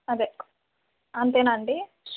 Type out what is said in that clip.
అదే అంతేనా అండి